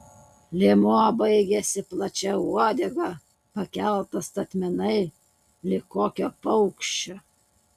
liemuo baigėsi plačia uodega pakelta statmenai lyg kokio paukščio